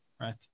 right